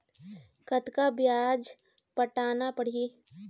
कतका ब्याज पटाना पड़ही?